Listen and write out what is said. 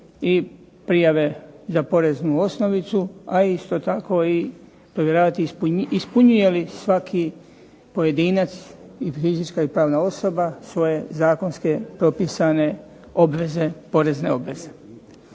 i prijave za poreznu osnovicu, a isto tako i provjeravati ispunjuje li svaki pojedinac, i fizička i pravna osoba, svoje zakonske propisane obveze, porezne obveze.